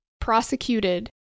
prosecuted